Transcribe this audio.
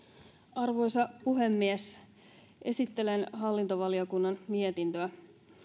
arvoisa puhemies esittelen hallintovaliokunnan mietintöä